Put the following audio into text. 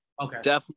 Okay